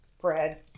bread